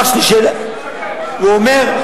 הוא אומר,